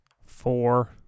Four